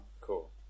cool